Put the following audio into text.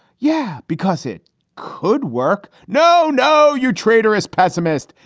yeah, because it could work. no, no. you're traitorous pessimist.